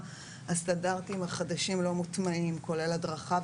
הסטנדרטים החדשים לא מוטמעים כולל הדרכה.